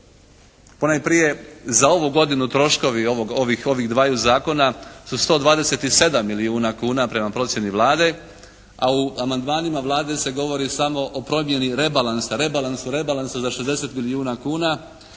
Ponajprije za ovu godinu troškovi ovih dvaju zakona su 127 milijuna kuna prema procijeni Vlade, a u amandmanima Vlade se govori samo o promjeni rebalansa, rebalansu, rebalansu za 60 milijuna kuna.